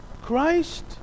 Christ